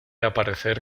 aparecer